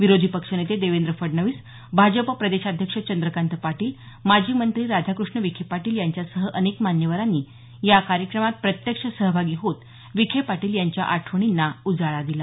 विरोधी पक्षनेते देवेंद्र फडणवीस भाजप प्रदेशाध्यक्ष चंद्रकांत पाटील माजी मंत्री राधाकृष्ण विखे पाटील यांच्यासह अनेक मान्यवरांनी या कार्यक्रमात प्रत्यक्ष सहभागी होत विखे पाटील यांच्या आठवणींना उजाळा दिला